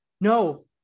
No